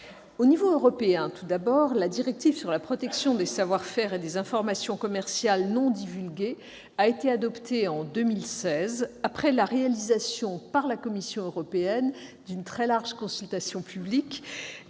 l'échelon européen, tout d'abord, la directive sur la protection des savoir-faire et des informations commerciales non divulgués a été adoptée en 2016, après la réalisation par la Commission européenne d'une large consultation publique